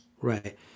Right